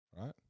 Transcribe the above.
right